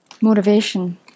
motivation